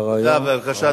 אדוני, בבקשה.